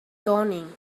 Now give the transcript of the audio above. dawning